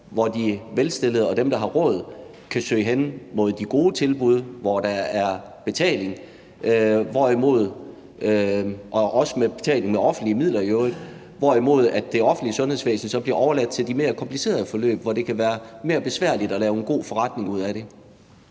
at de velstillede og dem, der har råd, kan søge hen mod de gode tilbud, hvor der kræves betaling – i øvrigt også betaling med offentlige midler – hvorimod det offentlige sundhedsvæsen så bliver overladt til de mere komplicerede forløb, som det kan være mere besværligt at lave en god forretning ud af.